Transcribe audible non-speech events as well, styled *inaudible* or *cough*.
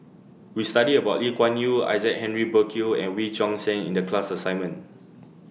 We studied about Lee Kuan Yew Isaac Henry Burkill and Wee Choon Seng in The class assignment *noise*